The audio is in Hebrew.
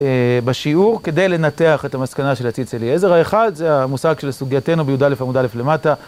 בשיעור כדי לנתח את המסקנה של הציץ אליעזר. האחד, זה המושג של סוגייתנו בי"א עמוד א' למטה.